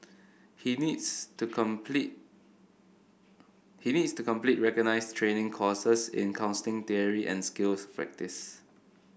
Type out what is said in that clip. he needs to complete he needs to complete recognised training courses in counselling theory and skills practice